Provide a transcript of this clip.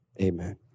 Amen